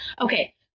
Okay